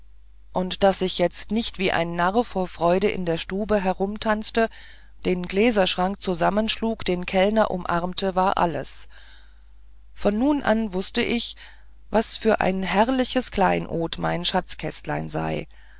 und daß ich jetzt nicht wie ein narr vor freuden in der stube herumtanzte den gläserschrank zusammenschlug den kellner umarmte war alles von nun an wußte ich was für ein herrliches kleinod mein schatzkästlein sei